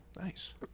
nice